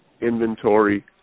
inventory